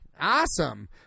Awesome